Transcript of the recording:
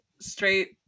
straight